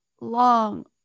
long